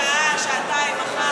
בוא נדבר בעוד שעה, שעתיים, מחר.